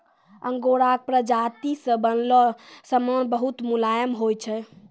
आंगोराक प्राजाती से बनलो समान बहुत मुलायम होय छै